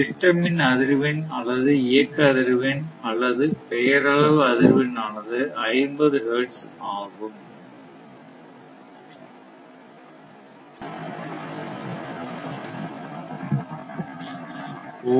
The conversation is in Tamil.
சிஸ்டம் இன் அதிர்வெண் அல்லது இயக்க அதிர்வெண் அல்லது பெயரளவு அதிர்வெண் ஆனது 50 ஹெர்ட்ஸ் ஆகும்